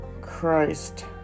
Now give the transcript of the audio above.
Christ